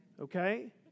Okay